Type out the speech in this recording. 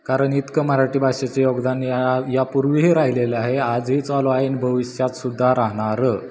कारण इतकं मराठी भाषेचं योगदान या यापूर्वीही राहिलेलं आहे आजही चालू आहे आणि भविष्यात सुद्धा राहणार